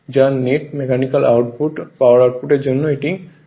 যা net mechanical power output এর জন্য এটি থেকে বিয়োগ করতে হবে